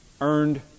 earned